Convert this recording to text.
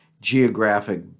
geographic